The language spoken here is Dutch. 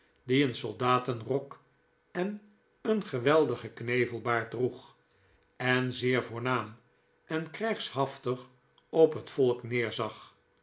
die een soldatenrok en een geweldigen knevelbaard droeg en zeer voornaam en krijgshaftig op het volk neerzag